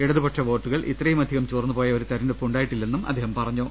ഇടതുപക്ഷ വോട്ടുകൾ ഇത്രയുമധികം ചോർന്നു പോയ ഒരു തിരഞ്ഞെടുപ്പ് ഉണ്ടായിട്ടില്ലെന്നും അദ്ദേഹം പറഞ്ഞു